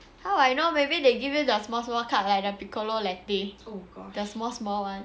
how I know maybe they give you the small small cup like the piccolo latte the small small [one]